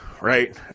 right